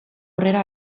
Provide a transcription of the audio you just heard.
aurrera